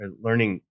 learning